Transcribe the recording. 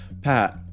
Pat